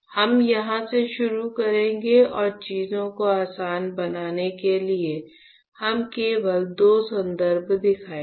हम यहां से शुरू करेंगे और चीजों को आसान बनाने के लिए हम केवल दो संदर्भ दिखाएंगे